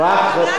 מה זה אומר?